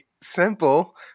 simple